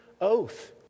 oath